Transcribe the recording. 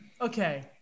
Okay